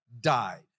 died